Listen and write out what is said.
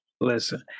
Listen